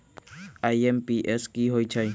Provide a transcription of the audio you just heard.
IMPS की होईछइ?